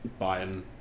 Bayern